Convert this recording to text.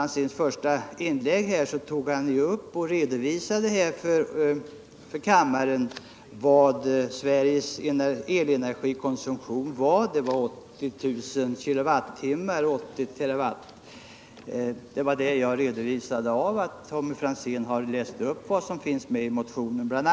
I sitt första inlägg redovisade Tommy Franzén Sveriges elenergikonsumtion för kammarens ledamöter, nämligen 80 TWh. Tommy Franzén har ju läst upp vissa delar av motionen.